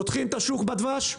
פותחים את השוק בדבש?